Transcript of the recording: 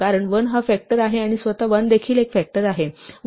कारण 1 हा फॅक्टर आहे आणि स्वतः 1 देखील एक फॅक्टर आहे